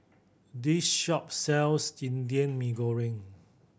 this shop sells Indian Mee Goreng